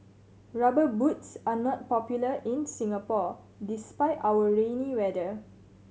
Rubber Boots are not popular in Singapore despite our rainy weather